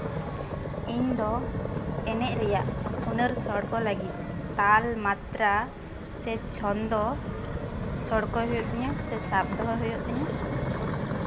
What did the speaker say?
ᱤᱧ ᱫᱚ ᱮᱱᱮᱡ ᱨᱮᱭᱟᱜ ᱦᱩᱱᱟᱹᱨ ᱥᱚᱲᱠᱚ ᱞᱟᱹᱜᱤᱫ ᱛᱟᱞᱢᱟᱛᱨᱟ ᱥᱮ ᱪᱷᱚᱱᱫᱚ ᱥᱚᱲᱠᱚ ᱦᱩᱭᱩᱜ ᱛᱤᱧᱟᱹ ᱥᱮ ᱥᱟᱵ ᱫᱚᱦᱚ ᱦᱩᱭᱩᱜ ᱛᱤᱧᱟᱹ